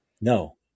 No